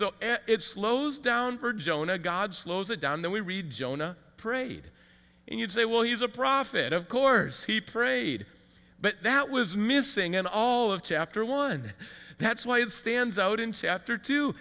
so it slows down for jonah god slows it down then we read jonah prayed and you'd say well he's a prophet of course he prayed but that was missing in all of chapter one that's why it stands out in